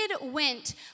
went